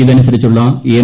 ഇതനുസരിച്ചുള്ള M